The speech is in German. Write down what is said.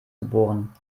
geboren